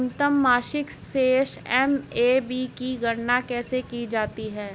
न्यूनतम मासिक शेष एम.ए.बी की गणना कैसे की जाती है?